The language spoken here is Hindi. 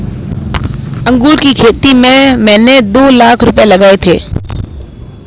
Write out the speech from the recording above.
अंगूर की खेती में मैंने दो लाख रुपए लगाए थे